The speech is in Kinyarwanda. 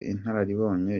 inararibonye